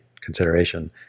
consideration